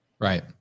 Right